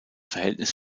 verhältnis